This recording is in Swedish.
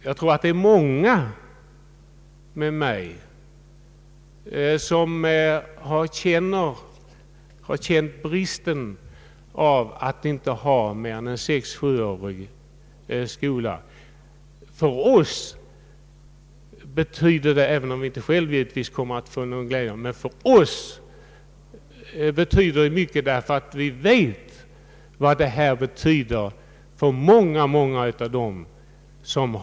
Jag tror att många med mig har känt bristen av att inte ha fått mer än en sexå sjuårig skolutbildning. För oss innebär denna reform mycket — även om vi inte själva kommer att få någon glädje av den — därför att vi vet vad den betyder för många av dem som har kommit på efterkälken men nu får en chans att skaffa sig allmänbildning och högre utbildning. Herr talman!